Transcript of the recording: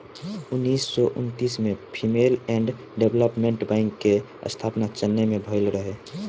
उन्नीस सौ उन्तीस में फीमेल एंड डेवलपमेंट बैंक के स्थापना चेन्नई में भईल रहे